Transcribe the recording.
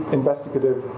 investigative